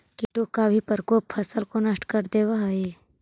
कीटों का भी प्रकोप फसल को नष्ट कर देवअ हई